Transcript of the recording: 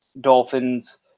Dolphins